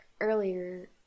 earlier